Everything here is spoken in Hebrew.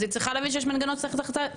אז היא צריכה להבין שיש מנגנון שצריך לתחזק,